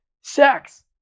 sex